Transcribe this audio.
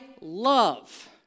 love